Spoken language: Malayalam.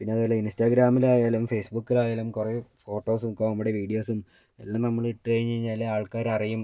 പിന്നെ അതേപോലെ ഇന്സ്റ്റാഗ്രാമിൽ ആയാലും ഫേസ്ബുക്കിൽ ആയാലും കുറേ ഫോട്ടോസും കോമഡി വീഡിയോസും എല്ലാം നമ്മൾ ഇട്ടു കഴിഞ്ഞു കഴിഞ്ഞാൽ ആൾക്കാർ അറിയും